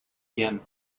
again